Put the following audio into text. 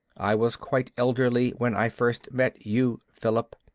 i was quite elderly when i first met you, philip.